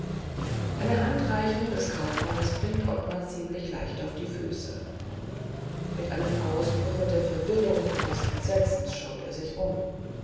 eine handreichung des kaufmannes bringt ottmar ziemlich leicht auf die füße mit einem ausbruche der verwirrung und des entsetzens schaut er sich um